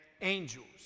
angels